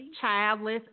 childless